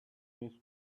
needs